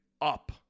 up